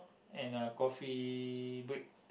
and a coffee break